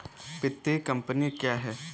वित्तीय कम्पनी क्या है?